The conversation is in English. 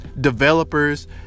developers